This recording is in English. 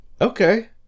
Okay